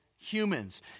humans